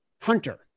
Hunter